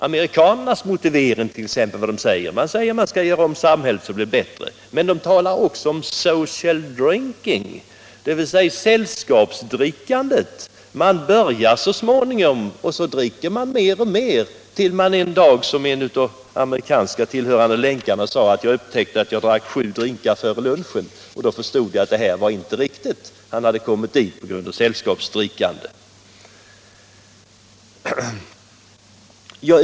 Amerikanarna talar om social drinking, dvs. sällskapsdrickande. Jag började dricka i sällskap och upptäckte en dag, sade en amerikan som tillhör det som hos oss motsvarar Länkarna, att jag tog sju drinkar före lunchen och förstod att det inte var riktigt.